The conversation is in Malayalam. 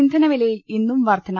ഇന്ധനവിലയിൽ ഇന്നും വർധന